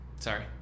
sorry